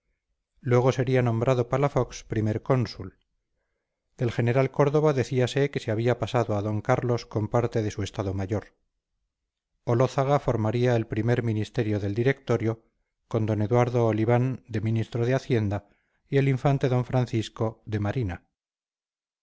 luego sería nombrado palafox primer cónsul del general córdova decíase que se había pasado a d carlos con parte de su estado mayor olózaga formaría el primer ministerio del directorio con d eduardo oliván de ministro de hacienda y el infante d francisco de marina